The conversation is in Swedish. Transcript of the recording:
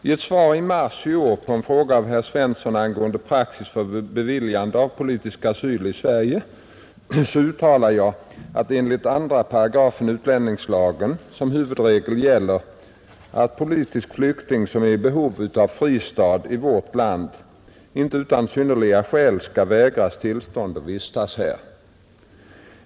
I ett svar i mars i år på en fråga av herr Svensson angående praxis för beviljande av politisk asyl i Sverige uttalade jag att enligt 2 § utlänningslagen som huvudregel gäller att politisk flykting som är i behov av fristad i vårt land inte utan synnerliga skäl skall vägras tillstånd att vistas här.